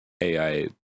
AI